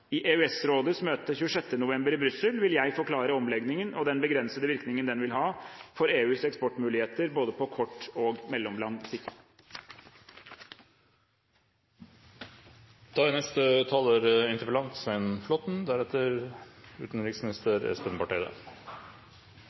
I EØS-rådets møte 26. november i Brussel vil jeg forklare omleggingen og den begrensede virkningen den vil ha for EUs eksportmuligheter både på kort og mellomlang sikt. Jeg takker for svaret. Det som er